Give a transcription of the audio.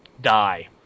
die